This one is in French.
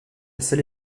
seule